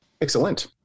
Excellent